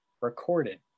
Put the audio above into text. recorded